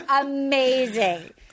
amazing